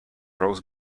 rose